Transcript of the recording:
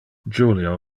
julio